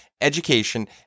education